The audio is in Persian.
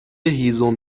هیزم